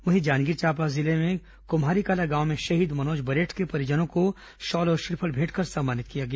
वहीं जांजगीर चांपा जिले में कुम्हारीकला गांव में शहीद मनोज बरेठ के परिजनों को शॉल और श्रीफल भेंटकर सम्मानित किया गया